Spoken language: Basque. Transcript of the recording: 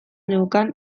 neukan